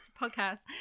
podcast